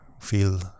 feel